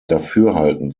dafürhalten